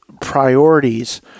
priorities